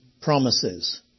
promises